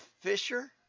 Fisher